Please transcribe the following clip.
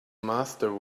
master